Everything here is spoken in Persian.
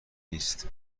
نیست